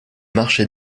marché